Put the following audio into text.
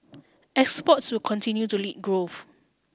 exports will continue to lead growth